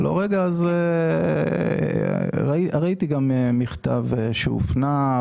ראיתי גם מכתב שהופנה,